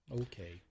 Okay